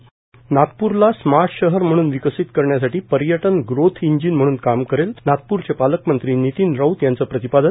त नागपूरला स्मार्ट शहर म्हणून विकसित करण्यासाठी पर्यटन ग्रोथ इंजिन म्हणून काम करेल नागप्रचे पालकमंत्री नितिन राऊत यांचं प्रतिपादन